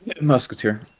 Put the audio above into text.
Musketeer